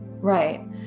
Right